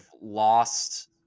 lost